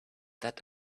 that